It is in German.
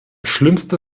schlimmste